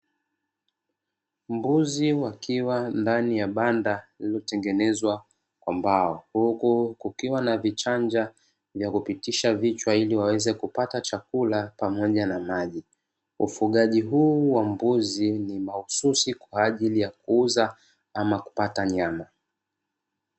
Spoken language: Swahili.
Mbuzi wakiwa ndani ya banda lililotengenezwa kwa mbao, huku kukiwa na vichanja vya kupitisha vichwa ili waweze kupata chakula pamoja na maji. Ufugaji huu wa mbuzi ni mahususi kwa ajili ya kuuza ama kupata nyama.